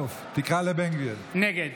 נגד